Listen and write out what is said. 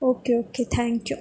okay okay thank you